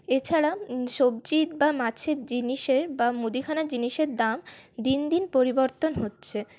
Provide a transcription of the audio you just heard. এছাড়া সবজি বা মাছের জিনিসের বা মুদিখানার জিনিসের দাম দিন দিন পরিবর্তন হচ্ছে